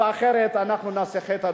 אחרת אנחנו נעשה חטא,